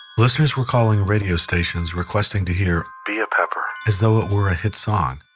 listeners were calling radio stations requesting to hear be a pepper as though it were a hit song.